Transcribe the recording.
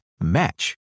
match